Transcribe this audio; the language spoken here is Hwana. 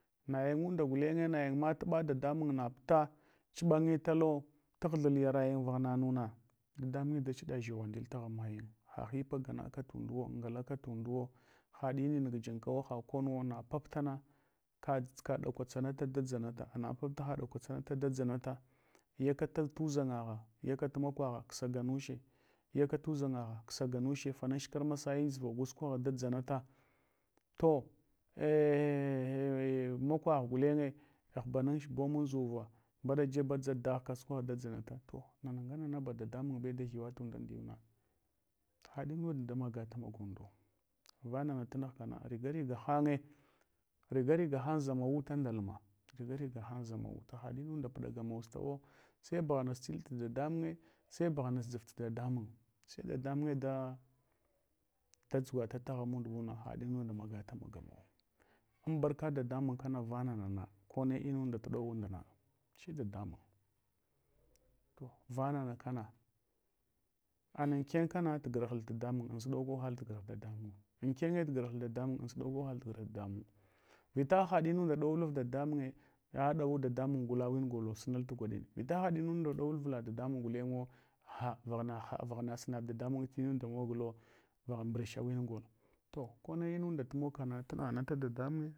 Nayin unda gulenye nayinma tuɓu da damun naputa, chubayetalo, taghthu yaɗa yan vaghna muna. Dadamunyo da chiɗa dʒighwa ndil taghan mayin. Ha hipa gana ka tundawo, ngalaka tunduwo, haɗ mund gyankawo, ha konuwu na paptana kadʒka kaɗakwatsanata da dʒanata na papta kaɗakwatsanta da dʒanatu yala tu dʒangagha, yakat makwagha ksa ganudi yakatudʒangash ksaganuche, fanach kar masai an dʒuva gosukwagha dadʒana ta. To ei makwagh gulenye, hbanuch boomanʒuva, mbaɗa jeb da dʒa daghka, su kwagha dadʒanata. To nanaghnana ba da damunbe dahyuwa tundan diyuna. Haɗi munda damagata maga unchuwo. Vana kana riga riga hanye riga riga hang zamawuta nda luma, riga riga hang zamawuta, haɗ munda belagamastawo, sai bughanas he two dadamunye, sai bughanas dʒuv tu dadamun she dadamuye da tsuhurala taghan mund inuna haɗ inunda ɗamaga ta magamawu an banka dadamun kana vananana kone munda tuɗau unduna saw dadamun. To vanana kana, anan naɗal tugarh dadamun. Ankene tu garhal dadamun, ansuɗoko haɗal garh dadamunwu. Vita haɗinunda ɗowul avla dadamunye, a ɗawul dadmun gida golo sunal gwaɗine, vita haɗi nunda ɗowol avla dadamun gulenwo, ha vaghna sunab dadamun inunda moghowo vagha msursha wingol. To kone munda tumog kana tunughanata.